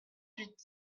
huit